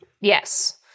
Yes